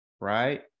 right